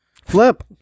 Flip